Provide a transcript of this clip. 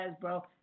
bro